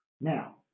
Now